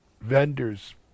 vendors